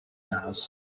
house